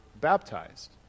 baptized